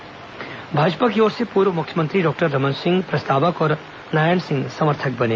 वहीं भाजपा की ओर से पूर्व मुख्यमंत्री डॉक्टर रमन सिंह प्रस्तावक और नारायण सिंह समर्थक बने